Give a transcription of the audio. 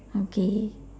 okay